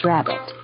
Rabbit